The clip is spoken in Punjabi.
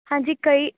ਹਾਂਜੀ ਕਈ